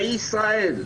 בישראל,